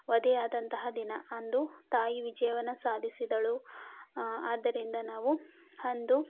ವಧೆಯಾದಂತಹ ದಿನ ಅಂದು ತಾಯಿ ವಿಜಯವನ್ನು ಸಾಧಿಸಿದಳು ಆದ್ದರಿಂದ ನಾವು ಅಂದು